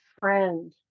friend